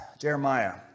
Jeremiah